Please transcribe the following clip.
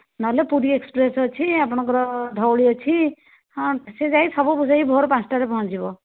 ନହେଲେ ପୁରୀ ଏକ୍ସପ୍ରେସ ଅଛି ଆପଣଙ୍କର ଧଉଳି ଅଛି ହଁ ସେ ଯାଇ ସବୁ ସେଇ ଭୋର ପାଞ୍ଚଟାରେ ପହଞ୍ଚିବ